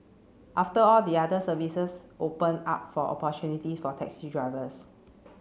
after all the other services open up for opportunities for taxi drivers